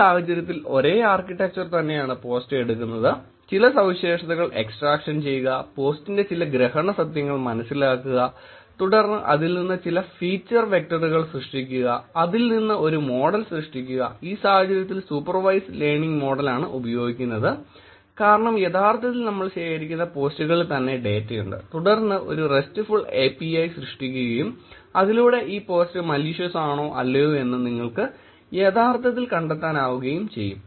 ഈ സാഹചര്യത്തിൽ ഒരേ ആർക്കിടെക്ചർ തന്നെയാണ് പോസ്റ്റ് എടുക്കുന്നത് ചില സവിശേഷതകൾ എക്സ്ട്രാക്ഷൻ ചെയ്യുക പോസ്റ്റിന്റെ ചില ഗ്രഹണ സത്യങ്ങൾ മനസ്സിലാക്കുക തുടർന്ന് അതിൽ നിന്ന് ചില ഫീച്ചർ വെക്റ്ററുകൾ സൃഷ്ടിക്കുക അതിൽ നിന്ന് ഒരു മോഡൽ സൃഷ്ടിക്കുക ഈ സാഹചര്യത്തിൽ സൂപ്പർവൈസ്ഡ് ലേർണിംഗ് മോഡലാണ് ഉപയോഗിക്കുന്നത് കാരണം യഥാർത്ഥത്തിൽ നമ്മൾ ശേഖരിക്കുന്ന പോസ്റ്റുകളിൽ തന്നെ ഡേറ്റയുണ്ട് തുടർന്ന് ഒരു RESTful API സൃഷ്ടിക്കുകയും അതിലൂടെ ഈ പോസ്റ്റ് ക്ഷുദ്രമാണോ അല്ലയോ എന്ന് നിങ്ങൾക്ക് യഥാർത്ഥത്തിൽ കണ്ടെത്താനാകുകയും ചെയ്യും